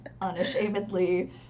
unashamedly